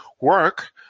work